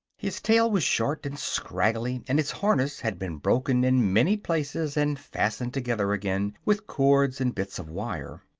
his tail was short and scraggly, and his harness had been broken in many places and fastened together again with cords and bits of wire.